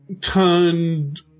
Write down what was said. turned